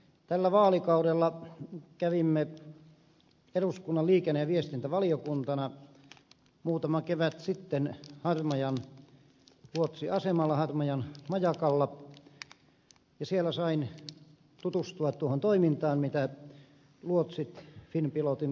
tällä vaalikaudella kävimme eduskunnan liikenne ja viestintävaliokuntana muutama kevät sitten harmajan luotsiasemalla harmajan majakalla ja siellä sain tutustua tuohon toimintaan mitä finnpilotin luotsit tekevät